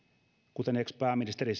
kuten ex pääministeri